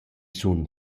sun